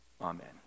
Amen